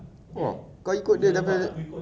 oh kau ikut dia